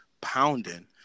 pounding